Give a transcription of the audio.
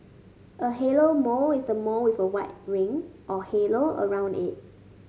a halo mole is a mole with a white ring or halo around it